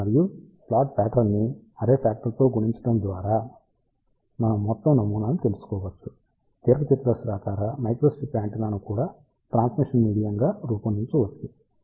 మరియు slot pattern ని array factor తో గుణించడం ద్వారా మనం మొత్తం నమూనాను తెలుసుకోవచ్చు దీర్ఘచతురస్రాకార మైక్రోస్ట్రిప్ యాంటెన్నాను కూడా ట్రాన్స్మిషన్ మీడియం గా రూపొందించవచ్చు